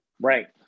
Right